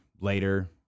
later